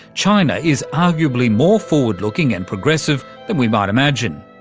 china is arguably more forward looking and progressive than we might imagine.